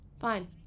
Fine